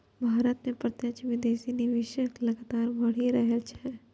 भारत मे प्रत्यक्ष विदेशी निवेश लगातार बढ़ि रहल छै